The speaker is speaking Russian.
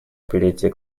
перейти